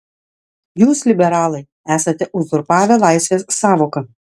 jūs liberalai esate uzurpavę laisvės sąvoką